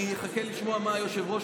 אני אחכה לשמוע מה אומר היושב-ראש,